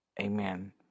Amen